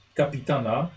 kapitana